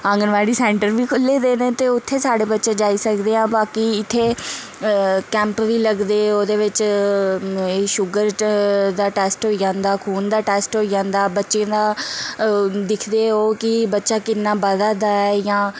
anganwadi centre बी खुल्ली दे न ते उत्थें साढ़े बच्चे जाई सकदे ऐ बाकी इत्थें कैम्प बी लगदे ओह्दे बिच्च एह् शुगर दा टैस्ट होई जंदा खून दा टैस्ट होई जंदा बच्चें दा दिखदे ओह् कि बच्चा किन्ना बधै दा ऐ जां